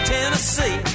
Tennessee